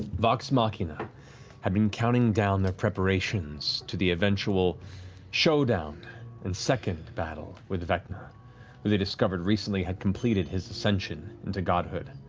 vox machina had been counting down their preparations to the eventual showdown and second battle with vecna, whom they discovered recently had completed his ascension into godhood,